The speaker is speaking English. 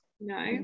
no